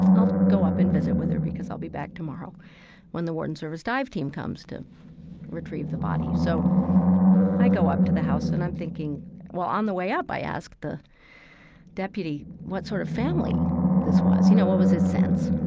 i'll go up and visit with her, because i'll be back tomorrow when the warden service dive team comes to retrieve the body. so i go up to the house and i'm thinking well, on the way up i ask the deputy what sort of family this was. you know, what was his sense?